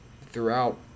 throughout